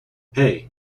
hey